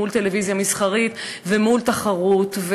מול טלוויזיה מסחרית ומול תחרות.